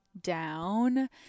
down